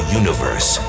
universe